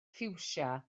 ffiwsia